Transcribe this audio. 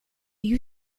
you